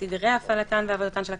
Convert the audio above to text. סדרי הפעלתן ועבודתן של הקלפיות,